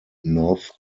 north